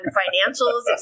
financials